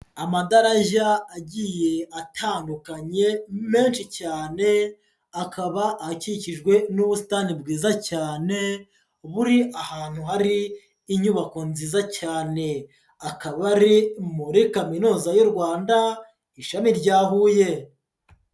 Amadarajya agiye atandukanye menshi cyane, akaba akikijwe n'ubusitani bwiza cyane, buri ahantu hari inyubako nziza cyane, akaba ari muri kaminuza y'u Rwanda ishami rya Huye.